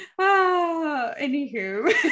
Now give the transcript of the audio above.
Anywho